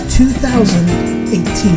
2018